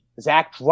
Zach